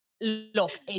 Look